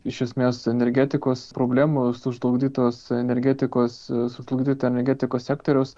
iš esmės energetikos problemų sužlugdytos energetikos sužlugdyto energetikos sektoriaus